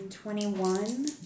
Twenty-one